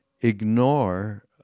ignore